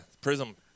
Prism